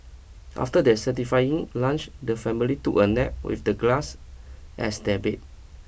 after their satisfying lunch the family took a nap with the glass as their bed